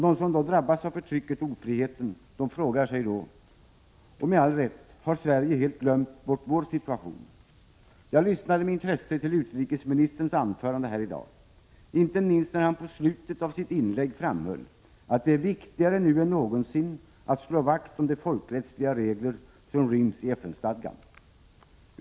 De som drabbas av förtrycket och ofriheten frågar sig — med all rätt — om Sverige helt har glömt bort deras situation. Jag lyssnade med intresse till utrikesministerns anförande här i dag, inte minst när han i slutet av sitt inlägg framhöll att det är viktigare nu än någonsin att slå vakt om de folkrättsliga regler som ryms i FN-stadgan.